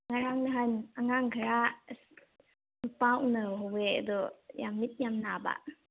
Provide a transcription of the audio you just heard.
ꯉꯔꯥꯡ ꯅꯍꯥꯟ ꯑꯉꯥꯡ ꯈꯔ ꯑꯁ ꯅꯨꯄꯥ ꯎꯅꯍꯧꯑꯦ ꯑꯗꯣ ꯌꯥꯝ ꯃꯤꯠ ꯌꯥꯝ ꯅꯥꯕ